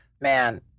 man